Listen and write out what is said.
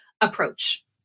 approach